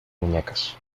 muñecas